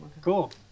cool